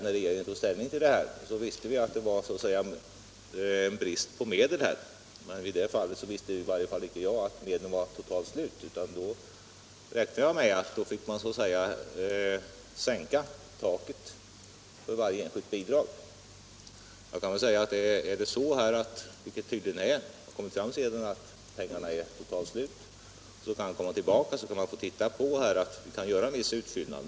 När regeringen tog ställning i denna fråga visste i varje fall icke jag att medlen var totalt slut, utan jag räknade med att man fick sänka taket för varje enskilt bidrag. Om det är så att pengarna är totalt slut —- och det har sedermera kommit fram att det tydligen är så — kan man komma tillbaka, och vi kan då se om vi kan göra en viss utfyllnad.